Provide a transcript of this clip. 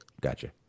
gotcha